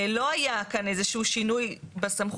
לא היה כאן איזה שהוא שינוי בסמכות.